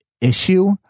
issue